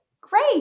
Great